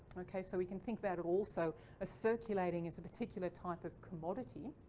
okay. so we can think about it also a circulating is a particular type of commodity.